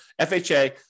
FHA